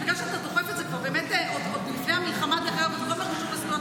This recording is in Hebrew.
בגלל שאתה דוחף את זה פה באמת עוד מלפני המלחמה --- זכויות היתומים,